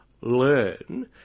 learn